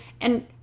And-